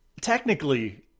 technically